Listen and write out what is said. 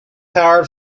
powered